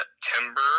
september